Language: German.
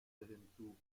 hinzu